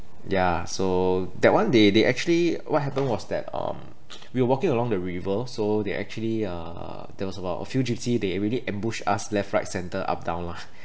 ya so that one they they actually what happened was that um we were walking along the river so they actually uh there was about a few gypsy they already ambushed us left right center up down lah